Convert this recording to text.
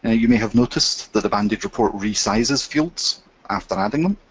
ah you may have noticed that the banded report resizes fields after adding them.